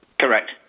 Correct